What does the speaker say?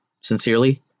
Sincerely